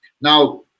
now